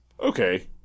Okay